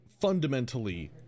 fundamentally